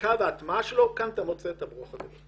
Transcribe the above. תחזוקה והטמעה שלו כאן אתה מוצא את הברוך הגדול.